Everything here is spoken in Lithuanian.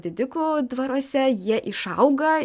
didikų dvaruose jie išauga